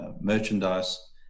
merchandise